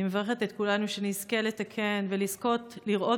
אני מברכת את כולנו שנזכה לתקן ולזכות לראות